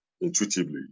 intuitively